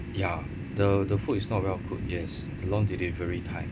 ya the the food is not well cooked yes long delivery time